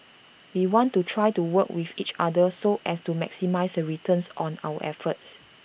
we want to try to work with each other so as to maximise the returns on our efforts